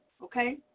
okay